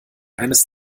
eines